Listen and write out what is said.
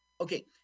Okay